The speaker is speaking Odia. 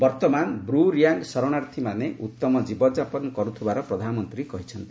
ବର୍ତ୍ତମାନ ବୃ ରିଆଙ୍ଗ ଶରଣାର୍ଥୀମାନେ ଉଉମ କ୍ରୀବନଯାପନ କରୁଥିବାର ପ୍ରଧାନମନ୍ତ୍ରୀ କହିଛନ୍ତି